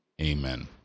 Amen